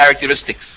characteristics